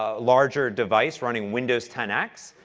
ah larger device running windows ten x.